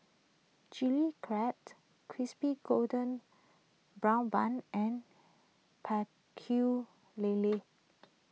Chili Crab Crispy Golden Brown Bun and Pecel Lele